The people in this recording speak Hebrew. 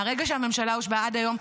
מהרגע שהממשלה הושבעה עד היום,